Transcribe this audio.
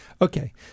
Okay